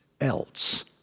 else